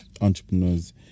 entrepreneurs